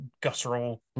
guttural